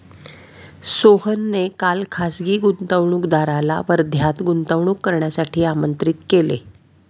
सोहनने काल खासगी गुंतवणूकदाराला वर्ध्यात गुंतवणूक करण्यासाठी आमंत्रित केले